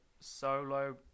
solo